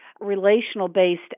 relational-based